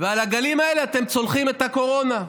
ועל הגלים האלה אתם צולחים את הקורונה.